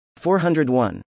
401